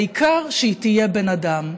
העיקר שהיא תהיה בן אדם.